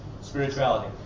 spirituality